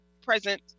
present